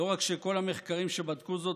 לא רק שכל המחקרים שבדקו זאת,